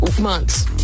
months